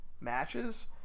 matches